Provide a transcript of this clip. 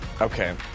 Okay